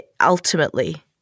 ultimately